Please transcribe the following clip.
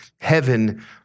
Heaven